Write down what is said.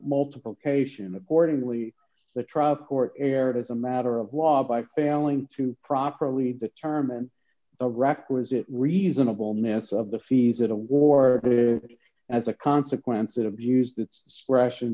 multiple cation accordingly the trial court erred as a matter of law by failing to properly determine the requisite reasonable ness of the fees at a war as a consequence it abused its discretion